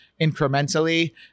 incrementally